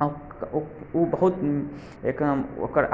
हम ओ बहुत ओ एकदम ओकर